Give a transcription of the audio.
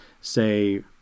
say